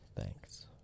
Thanks